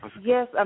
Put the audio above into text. Yes